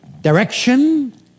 direction